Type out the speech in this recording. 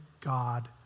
God